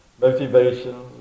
motivation